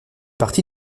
partie